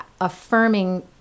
affirming